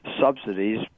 subsidies